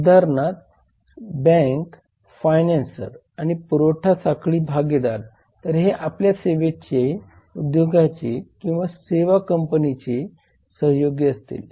उदाहरणार्थ bank financer आणि पुरवठा साखळी भागीदार तर हे सर्व आपल्या सेवा उद्योगाचे किंवा सेवा कंपनीचे सहयोगी असतील